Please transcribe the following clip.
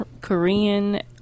Korean